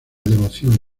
devoción